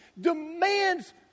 demands